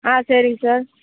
ஆ சரிங்க சார்